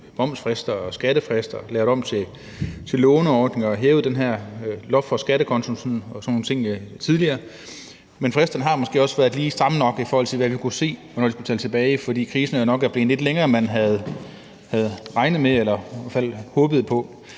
momsfrister og skattefrister og lavet det om til låneordninger og hævet det her loft for skattekontoen og sådan nogle ting tidligere. Men fristerne har måske også været lige stramme nok, i forhold til hvornår de skulle betales tilbage, for krisen er jo nok blevet lidt længere, end man havde regnet med eller i hvert fald håbet på.